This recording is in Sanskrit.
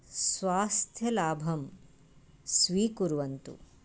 स्वास्थ्यलाभं स्वीकुर्वन्तु